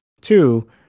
Two